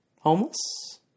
Homeless